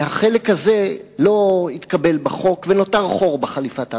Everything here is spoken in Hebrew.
והחלק הזה לא התקבל בחוק ונותר חור בחליפת ההגנה.